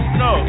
no